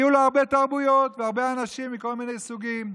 יהיו לו הרבה תרבויות והרבה אנשים מכל מיני סוגים,